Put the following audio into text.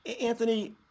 Anthony